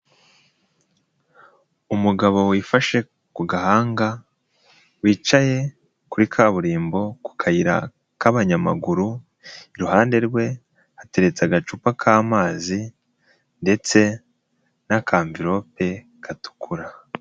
Umugabo wifashe ku gahanga wicaye kuri kaburimbo ku kayira k'abanyamaguru iruhande rwe hateretse agacupa k'amazi ndetse n'akamvirope gatukura.